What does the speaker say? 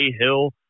hill